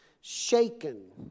Shaken